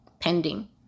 Pending